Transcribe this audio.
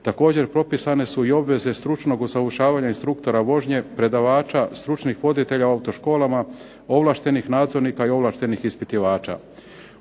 Također propisane su i obveze stručnog usavršavanja instruktora vožnje, predavača, stručnih voditelja u autoškolama, ovlaštenih nadzornika i ovlaštenih ispitivača.